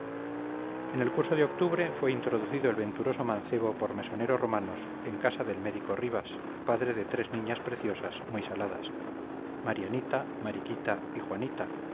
en el curso de octubre fue introducido el venturoso mancebo por mesonero romanos en casa del médico rivas padre de tres niñas preciosas muy saladas marianita mariquita y juanita